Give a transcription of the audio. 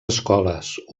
escoles